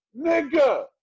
Nigga